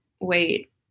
wait